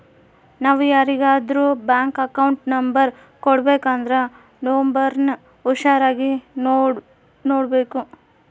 ನಾವು ಯಾರಿಗಾದ್ರೂ bank account number ಕೊಡಬೇಕಂದ್ರ ನೋಂಬರ್ನ ಹುಷಾರಾಗಿ ನೋಡ್ಬೇಕು